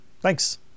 thanks